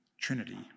Trinity